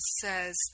says